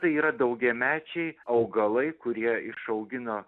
tai yra daugiamečiai augalai kurie išaugino